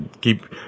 keep